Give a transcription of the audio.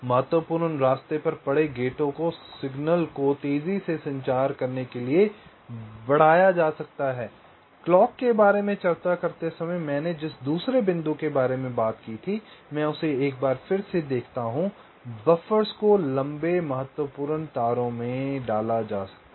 महत्वपूर्ण रास्तों पर पड़े गेटों को सिग्नल को तेजी से संचार करने के लिए बढ़ाया जा सकता है क्लॉक के बारे में चर्चा करते समय मैंने जिस दूसरे बिंदु के बारे में बात की थी मैं उसे एक बार फिर से देखता हूं बफ़र्स को लंबे महत्वपूर्ण तारों में डाला जा सकता है